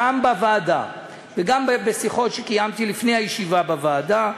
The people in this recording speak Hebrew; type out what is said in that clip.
גם בוועדה וגם בשיחות שקיימתי לפני הישיבה בוועדה,